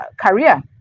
career